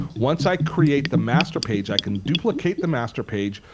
once i create the master page, i can duplicate the master page,